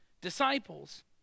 disciples